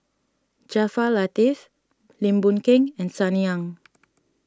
Jaafar Latiff Lim Boon Keng and Sunny Ang